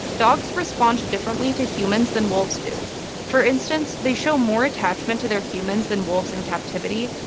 dogs respond differently to humans than wolves do for instance, they show more attachment to their humans than wolves in captivity,